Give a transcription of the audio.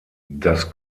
das